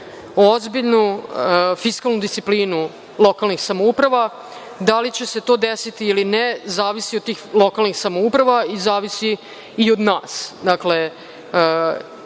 ozbiljnu fiskalnu disciplinu lokalnih samouprava. Da li će se to desiti ili ne, to zavisi od tih lokalnih samouprava i zavisi i od nas.